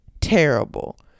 terrible